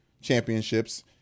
championships